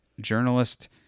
Journalist